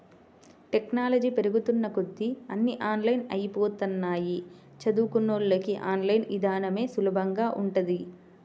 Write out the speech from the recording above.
technology పెరుగుతున్న కొద్దీ అన్నీ ఆన్లైన్ అయ్యిపోతన్నయ్, చదువుకున్నోళ్ళకి ఆన్ లైన్ ఇదానమే సులభంగా ఉంటది